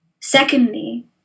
Secondly